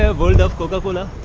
world of coca-cola.